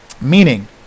meaning